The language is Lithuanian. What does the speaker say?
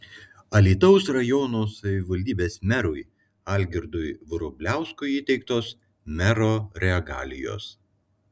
alytaus rajono savivaldybės merui algirdui vrubliauskui įteiktos mero regalijos